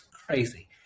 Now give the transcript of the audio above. crazy